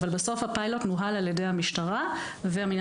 אבל בסוף הפיילוט נוהל על-ידי המשטרה והמינהל